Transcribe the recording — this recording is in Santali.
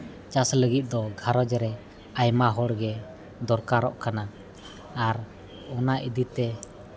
ᱪᱟᱥ ᱞᱟᱹᱜᱤᱫ ᱫᱚ ᱜᱷᱟᱸᱨᱚᱡᱽ ᱨᱮ ᱟᱭᱢᱟ ᱦᱚᱲ ᱜᱮ ᱫᱚᱨᱠᱟᱨᱚᱜ ᱠᱟᱱᱟ ᱟᱨ ᱚᱱᱟ ᱤᱫᱤ ᱛᱮ